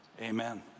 Amen